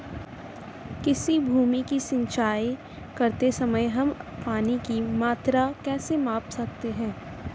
किसी भूमि की सिंचाई करते समय हम पानी की मात्रा कैसे माप सकते हैं?